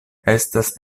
estas